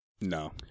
No